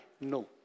no